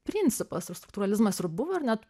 principas ir struktūralizmas ir buvo ir net